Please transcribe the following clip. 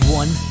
one